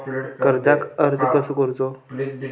कर्जाक अर्ज कसो करूचो?